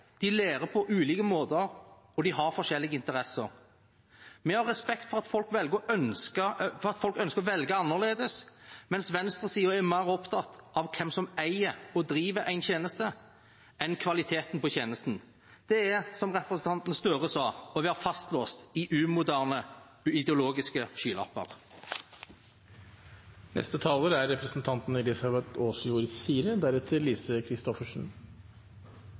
de lærer på ulike måter, og de har forskjellige interesser. Vi har respekt for at folk ønsker å velge annerledes, mens venstresiden er mer opptatt av hvem som eier og driver en tjeneste, enn av kvaliteten på tjenesten. Det er, som representanten Gahr Støre sa, å være fastlåst i umoderne ideologiske skylapper. Vi snakker mye om hvordan samferdsel er